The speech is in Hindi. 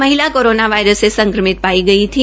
महिला कोरोना वायरस से संक्रमित पाई गई थी